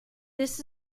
this